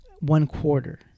one-quarter